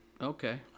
okay